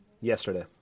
Yesterday